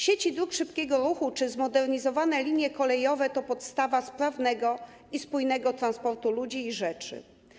Sieci dróg szybkiego ruchu czy zmodernizowane linie kolejowe to podstawa sprawnego i spójnego transportu ludzi i rzeczy.